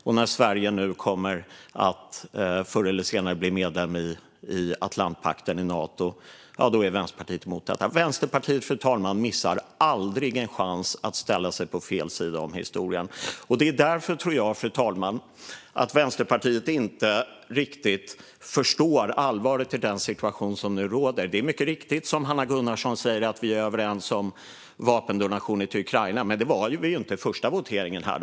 Och när Sverige nu förr eller senare blir medlem i Nato och Atlantpakten är Vänsterpartiet emot. Vänsterpartiet, fru talman, missar aldrig en chans att ställa sig på fel sida av historien. Det är därför jag tror att Vänsterpartiet inte riktigt förstår allvaret i den situation som nu råder. Det är mycket riktigt, som Hanna Gunnarsson säger, att vi är överens om vapendonationer till Ukraina, men det var vi ju inte vid den första voteringen här.